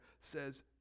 says